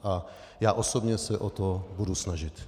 A já osobně se o to budu snažit.